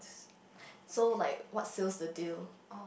so like what sells the deal